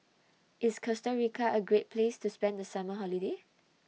IS Costa Rica A Great Place to spend The Summer Holiday